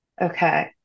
Okay